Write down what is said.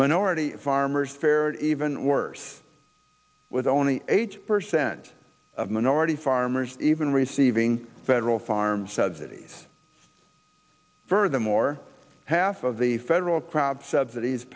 minority farmers fared even worse with only eight percent of minority farmers even receiving federal farm subsidies furthermore half of the federal crops subsidies